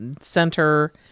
center